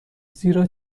زیرا